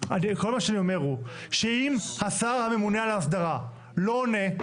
כל מה שאני אומר הוא שאם השר הממונה על ההסדרה לא עונה.